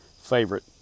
favorite